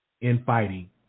infighting